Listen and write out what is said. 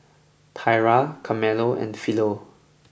Thyra Carmelo and Philo